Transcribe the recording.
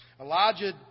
Elijah